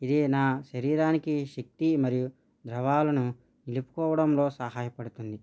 ఇది నా శరీరానికి శక్తి మరియు ద్రవాలను నిలుపుకోవడంలో సహాయపడుతుంది